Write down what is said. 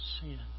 sin